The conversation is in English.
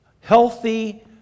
healthy